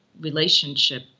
relationship